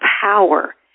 power